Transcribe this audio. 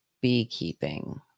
beekeeping